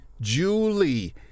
Julie